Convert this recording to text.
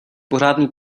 pořádný